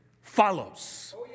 follows